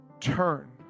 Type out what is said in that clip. Turn